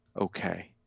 okay